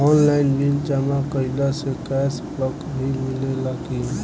Online bill जमा कईला से कैश बक भी मिलेला की?